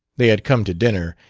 they had come to dinner,